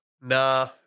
Nah